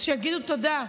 אז שיגידו תודה.